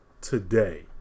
today